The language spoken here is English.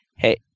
Hey